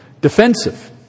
defensive